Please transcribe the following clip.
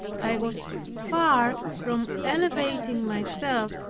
i was far from elevating myself,